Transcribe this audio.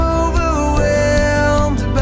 overwhelmed